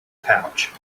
pouch